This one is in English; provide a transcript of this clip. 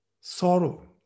sorrow